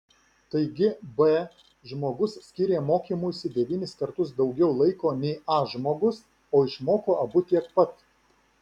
taigi b žmogus skyrė mokymuisi devynis kartus daugiau laiko nei a žmogus o išmoko abu tiek pat